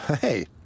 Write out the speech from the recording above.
Hey